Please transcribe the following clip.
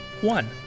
One